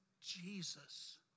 Jesus